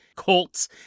Colt's